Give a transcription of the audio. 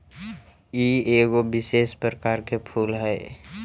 ई एगो विशेष प्रकार के फूल हई